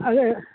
आरे